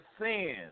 sin